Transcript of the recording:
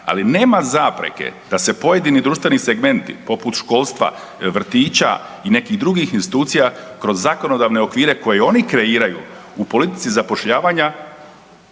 ali nema zapreke da se pojedini društveni segmenti poput školstva, vrtića i nekih drugih institucija kroz zakonodavne okvire koje oni kreiraju u politici zapošljavanja